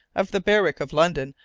of the berwick, of london,